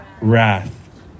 wrath